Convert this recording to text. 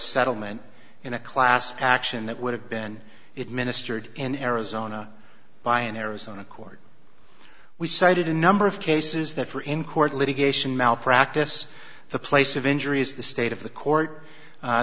settlement in a class action that would have been it ministered in arizona by an arizona cord we cited a number of cases that were in court litigation malpractise the place of injury is the state of the court